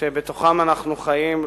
שבתוכם אנחנו חיים,